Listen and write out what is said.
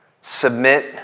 submit